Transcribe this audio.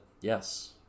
yes